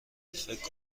فکر